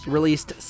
Released